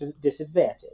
disadvantage